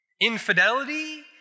infidelity